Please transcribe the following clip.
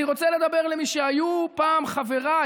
אני רוצה לדבר למי שהיו פעם חבריי,